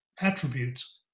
attributes